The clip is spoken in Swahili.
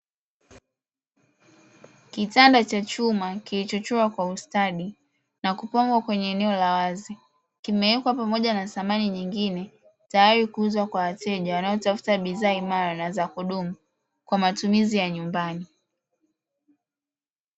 Kitanda cha chuma kilichochngwa kwa ustadi na kupangwa kwenye eneo la wazi, kimewekwa pamoja na samani nyingine tayari kuuzwa kwa wateja wanaotafuta bidhaa imara na za kudumu kwa matumizi ya nyumbani.